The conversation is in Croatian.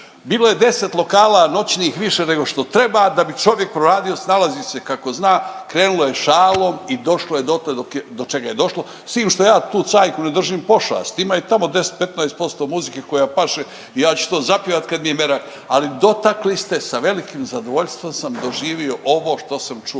Bilo je 10 lokala noćnih više nego što treba da bi čovjek proradio snalazi se kako zna. Krenulo je šalom i došlo je dotle do čega je došlo s tim što ja tu cajku ne držim pošast. Ima i tamo 10, 15% muzike koja paše i ja ću to zapjevat kad mi je merak, ali dotakli ste sa velikim zadovoljstvom sam doživio ovo što sam čuo